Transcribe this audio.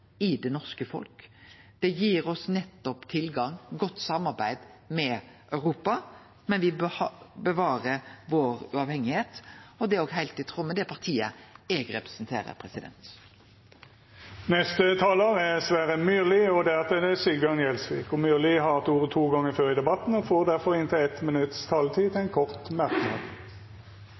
i det norske folk. Det gir oss tilgang og godt samarbeid med Europa, men me bevarer vår uavhengigheit, og det er òg heilt i tråd med synet til det partiet eg representerer. Representanten Sverre Myrli har hatt ordet to gonger tidlegare og